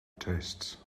tastes